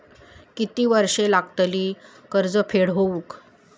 किती वर्षे लागतली कर्ज फेड होऊक?